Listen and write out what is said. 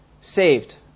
saved